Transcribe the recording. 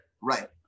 Right